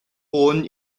born